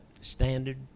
standard